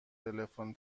تلفن